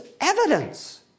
evidence